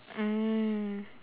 mm